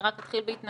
אני רק אתחיל בהתנצלות